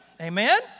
Amen